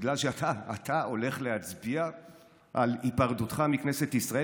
בגלל שאתה הולך להצביע על היפרדותך מכנסת ישראל,